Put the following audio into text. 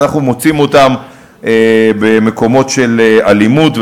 כי אנחנו מוצאים אותם במקומות של אלימות,